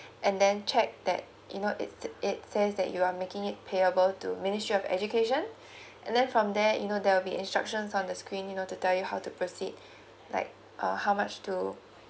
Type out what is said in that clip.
and then check that you know it it say that you are making it payable to ministry of education and then from there you know there will be instructions from the screen you know to tell you how to proceed like uh how much to